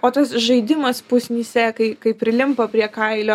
o tas žaidimas pusnyse kai kai prilimpa prie kailio